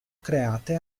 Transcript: create